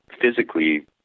physically